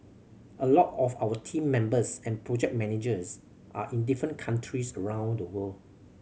a lot of our team members and project managers are in different countries around the world